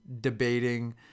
debating